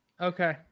Okay